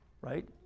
right